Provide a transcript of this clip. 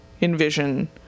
envision